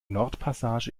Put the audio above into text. nordpassage